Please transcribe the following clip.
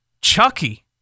Chucky